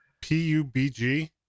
P-U-B-G